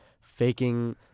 faking